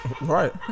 Right